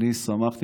אני שמחתי,